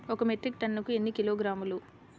ఒక మెట్రిక్ టన్నుకు ఎన్ని కిలోగ్రాములు?